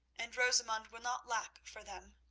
and rosamund will not lack for them.